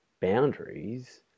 boundaries